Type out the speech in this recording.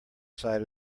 side